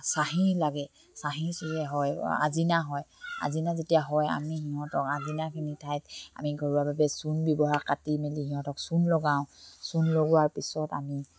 চাঁহী লাগে চাঁহী হয় আজিনা হয় আজিনা যেতিয়া হয় আমি সিহঁতক আজিনাখিনিৰ ঠাইত আমি ঘৰুৱাভাবে চূণ ব্যৱহাৰ কাটি মেলি সিহঁতক চূণ লগাওঁ চূণ লগোৱাৰ পিছত আমি